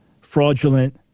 fraudulent